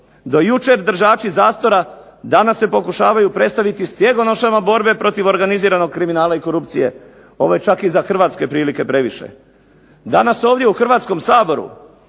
Do jučer držači zastora danas se pokušavaju predstaviti stjegonošama borbe protiv organiziranog kriminala i korupcije. Ovo je čak i za hrvatske prilike previše. Danas ovdje u Hrvatskom saboru